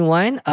one